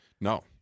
No